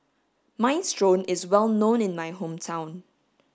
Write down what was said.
minestrone is well known in my hometown